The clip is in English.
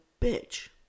bitch